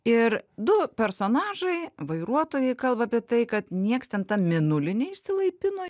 ir du personažai vairuotojai kalba apie tai kad nieks ten tam mėnuliny neišsilaipino